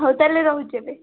ହଉ ତାହେଲେ ରହୁଛି ଏବେ